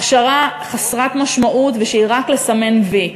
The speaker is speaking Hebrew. הכשרה חסרת משמעות, ושהיא רק לסמן "וי".